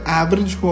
average